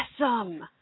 Awesome